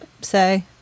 say